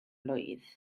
blwydd